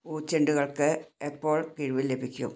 പൂച്ചെണ്ടുകൾക്ക് എപ്പോൾ കിഴിവ് ലഭിക്കും